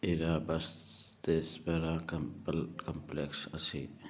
Arabs ꯇꯦꯖꯕꯦꯔꯥ ꯀꯝꯄꯜ complex ꯑꯁꯤ